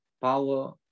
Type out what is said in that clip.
power